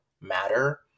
matter